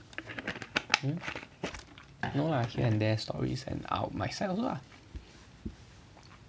hmm no lah clean my desktop my set up my set up lah